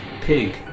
Pig